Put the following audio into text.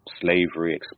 slavery